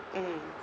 mm I